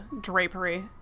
Drapery